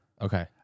Okay